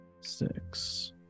six